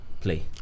play